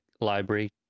library